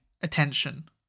attention